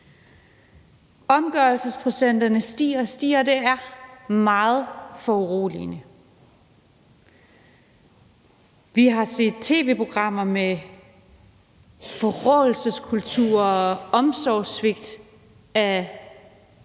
Omgørelsesprocenterne stiger og stiger, og det er meget foruroligende. Vi har set tv-programmer med forråelseskulturer og omsorgssvigt af